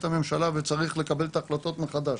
הממשלה ואז צריך לקבל את ההחלטות מחדש,